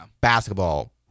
basketball